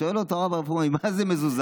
שואל אותו הרב הרפורמי: מה זה מזוזה?